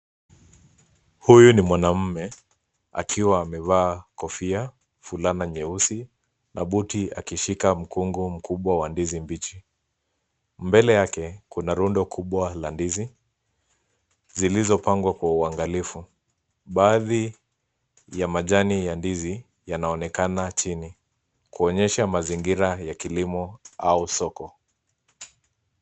Huyu ni mwanamume akiwa amevaa kofia, fulana nyeusi na buti akishika mkungu mkubwa wa ndizi bichi. Mbele yake kuna rundo kubwa la ndizi zilizopangwa kwa uangalifu. Baadhi ya majani ya ndizi yanaonekana chini kuonyesha mazingira ya kilimo au soko.